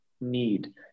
need